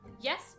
yes